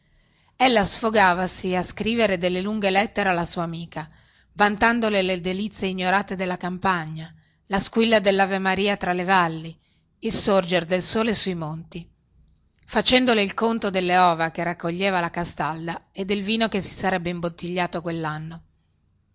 luggiva ella sfogavasi a scrivere delle lunghe lettere alla sua amica vantandole le delizie ignorate della campagna la squilla dellavemaria fra le valli il sorger del sole sui monti facendole il conto delle ova che raccoglieva la castalda e del vino che si sarebbe imbottigliato quellanno